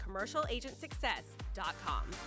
CommercialAgentSuccess.com